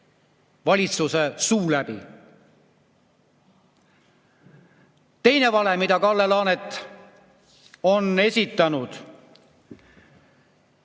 valitsuse suu läbi. Teine vale, mida Kalle Laanet on esitanud.